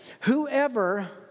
Whoever